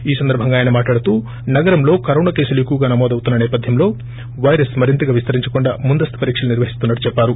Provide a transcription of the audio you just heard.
ఈ సందర్భంగా ఆయన మాట్లాడుతూ నగరంలో కరోనా కేసులు ఎక్కువగా నమోదు అవుతున్న నేపధ్యం లో నేపథ్యంలో వైరస్ మరింతగా విస్తరించకుండా ముందస్తు పరీక్షలు నిర్వహిస్తున్నట్లు చెప్పారు